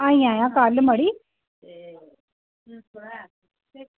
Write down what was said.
आई जायां कल्ल मड़ी